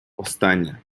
останнє